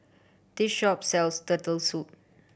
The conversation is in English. this shop sells Turtle Soup